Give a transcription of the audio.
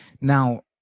Now